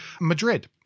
Madrid